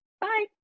Bye